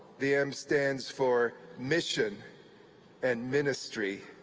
the m stands for mission and ministry,